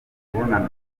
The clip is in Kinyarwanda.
imibonano